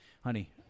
Honey